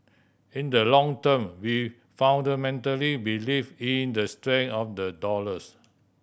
in the long term we fundamentally believe in the strength of the dollars